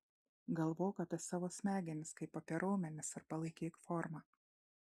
galvok apie savo smegenis kaip apie raumenis ir palaikyk formą